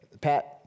pat